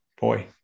Boy